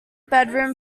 bedroom